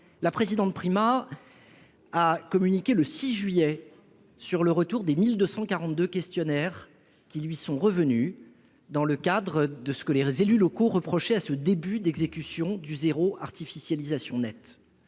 Sophie Primas, a communiqué le 6 juillet sur le retour des 1 242 questionnaires envoyés pour comprendre ce que les élus locaux reprochaient à ce début d'exécution du zéro artificialisation nette.